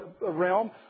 realm